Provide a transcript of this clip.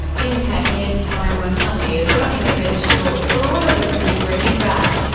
in ten years time when money is running a bit short for all of us, we bring it back.